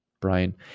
Brian